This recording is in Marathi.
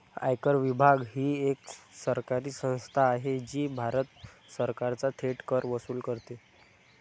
आयकर विभाग ही एक सरकारी संस्था आहे जी भारत सरकारचा थेट कर वसूल करते